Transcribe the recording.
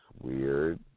Weird